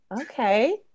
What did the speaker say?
okay